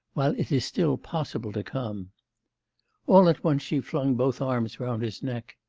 while it is still possible to come all at once she flung both arms round his neck,